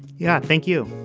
yeah thank you.